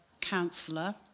councillor